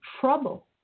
trouble